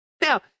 Now